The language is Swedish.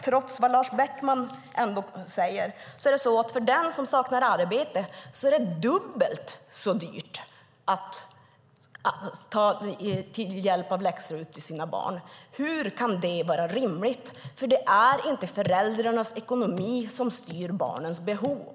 Trots vad Lars Beckman säger är det för den som saknar arbete dubbelt så dyrt att ha läx-RUT till barnen. Hur kan det vara rimligt? Det är inte föräldrarnas ekonomi som styr barnens behov.